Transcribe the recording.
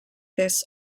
this